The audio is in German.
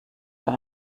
für